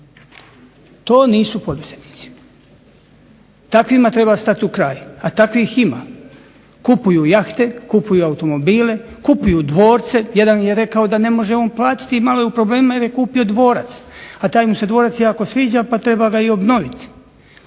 To nisu poduzetnici. Takvima treba stat u kraj, a takvih ima. Kupuju jahte, kupuju automobile, kupuju dvorce, jedan mi je rekao da ne može on platiti jer malo je u problemima jer je kupio dvorac, pa taj mu se dvorac jako sviđa pa treba ga i obnoviti,